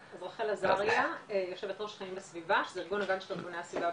רחל עזריה יושבת ראש חיים וסביבה שזה ארגון הגג של ארגוני הסביבה.